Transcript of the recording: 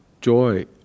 joy